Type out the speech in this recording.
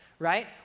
right